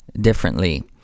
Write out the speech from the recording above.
differently